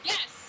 Yes